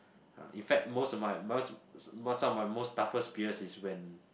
ah in fact most of my most most of most toughest periods is when